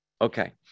Okay